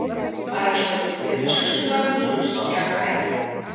ar aš pati pirkčiau šį drabužį už tokią kainą